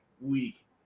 week